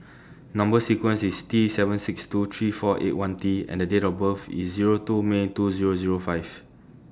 Number sequence IS T seven six two three four eight one T and The Date of birth IS Zero two May two Zero Zero five